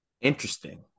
Interesting